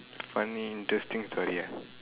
funny interesting story ah